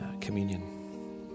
communion